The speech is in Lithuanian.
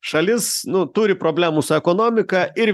šalis nu turi problemų su ekonomika ir